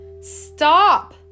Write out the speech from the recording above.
Stop